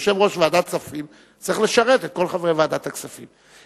יושב-ראש ועדת כספים צריך לשרת את כל חברי ועדת הכספים.